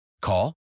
Call